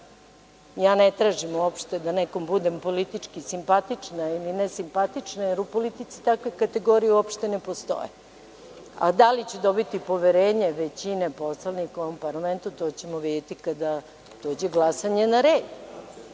Ne tražim uopšte da nekom budem politički simpatična ili nesimpatična jer u politici takve kategorije uopšte ne postoje, a da li ću dobiti poverenje većine poslanika u ovom parlamentu, to ćemo videti kada dođe glasanje na red.